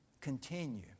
Continue